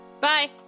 Bye